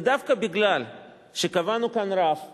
ודווקא מפני שקבענו כאן רף שהוא,